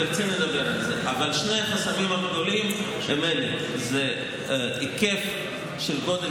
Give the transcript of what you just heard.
אבל שני החסמים הגדולים הם אלה: ההיקף של גודל